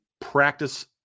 practice